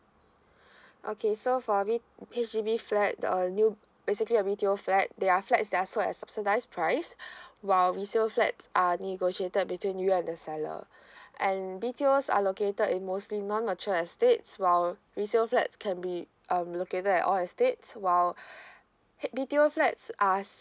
okay so for B H_D_B flat the new basically a retail flat there are flats that are sold at subsidize price while resale flats are negotiated between you and the seller and B_T_O are located in mostly non mature estates while resale flats can be um located at all the states while H B_T_O flats are